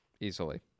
Easily